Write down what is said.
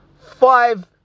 five